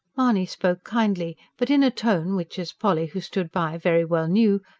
mahony spoke kindly, but in a tone which, as polly who stood by, very well knew,